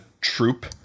troop